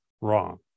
wrong